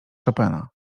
chopina